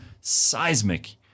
seismic